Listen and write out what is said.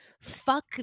fuck